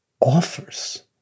offers